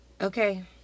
okay